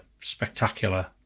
spectacular